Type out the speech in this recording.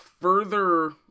further